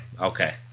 okay